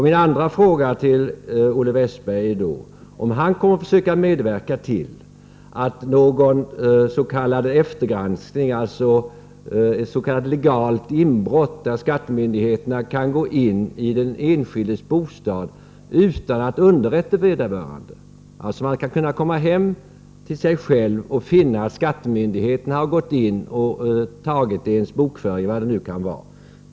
Min andra fråga till Olle Westberg gäller då de s.k. legala inbrott där skattemyndigheterna går in i den enskildes bostad utan att underrätta vederbörande — så att denne kan komma hem till sig själv och finna att skattemyndigheterna har gått in och tagit bokföring e.d.